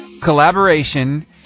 collaboration